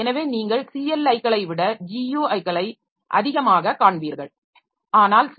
எனவே நீங்கள் CLI க்களை விட GUI க்களை அதிகமாக காண்பீர்கள் ஆனால் சி